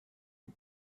vue